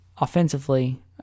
Offensively